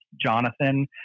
Jonathan